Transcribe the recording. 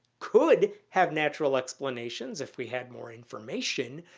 could have natural explanations if we had more information,